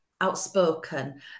outspoken